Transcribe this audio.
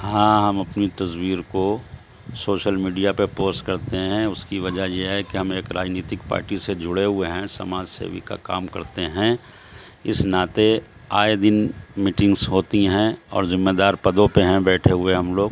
ہاں ہم اپنی تصویر کو سوشل میڈیا پر پوسٹ کرتے ہیں اس کی وجہ یہ ہے کہ ہم ایک راجنیتک پارٹی سے جڑے ہوئے ہیں سماج سیوی کا کام کرتے ہیں اس ناطے آئے دن میٹنگس ہوتی ہیں اور ذمہ دار پدوں پہ ہیں بیٹھے ہوئے ہم لوگ